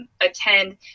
attend